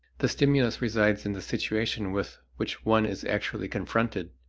the stimulus resides in the situation with which one is actually confronted.